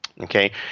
okay